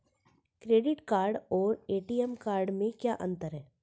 Credit card और ATM card में क्या अंतर है?